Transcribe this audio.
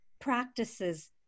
practices